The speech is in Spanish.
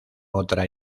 otra